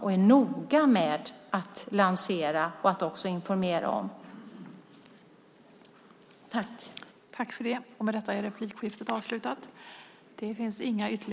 De är noga med att lansera och informera om dem.